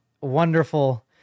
wonderful